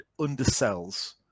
undersells